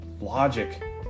logic